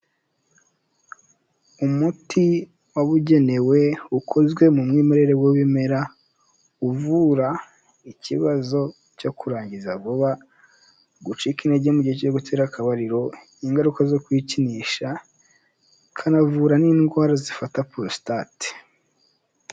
Umuti wabugenewe ukozwe mu mwimerere w'ibimera uvura ikibazo cyo kurangiza vuba, gucika intege mu gihe cyo gutera akabariro, ingaruka zo kwikinisha, ikanavura n'indwara zifata prostate.